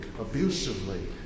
abusively